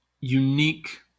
unique